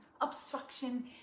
obstruction